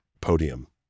podium